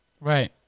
Right